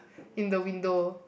in the window